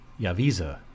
Yaviza